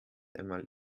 einmal